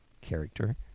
character